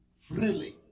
freely